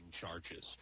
charges